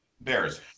Bears